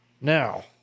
Now